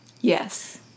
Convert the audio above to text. Yes